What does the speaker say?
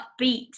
upbeat